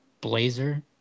blazer